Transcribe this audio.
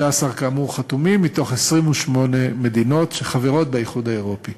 16, כאמור, מתוך 28 מדינות שחברות באיחוד האירופי.